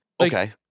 okay